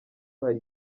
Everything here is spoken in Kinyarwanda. hari